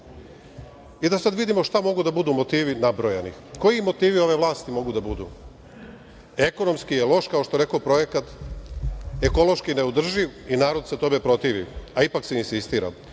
sad vidimo šta mogu da budu motivi nabrojani, koji motivi ove vlasti mogu da budu, ekonomski je loš kao što rekoh projekat, ekološki neodrživ i narod se tome protivi, a ipak se insistira